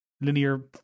linear